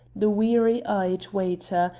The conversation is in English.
the weary-eyed waiter,